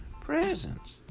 presents